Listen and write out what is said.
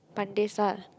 C